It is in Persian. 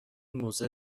موزه